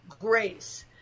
grace